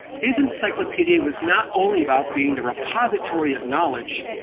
his encyclopedie was not only about being the repository of knowledge.